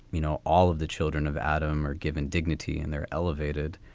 you know, all of the children of adam are given dignity and they're elevated.